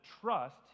trust